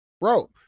Bro